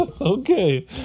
Okay